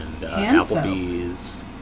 Applebee's